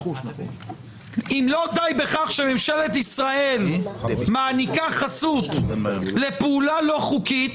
אם לא די בכך שממשלת ישראל מעניקה חסות לפעולה לא חוקית,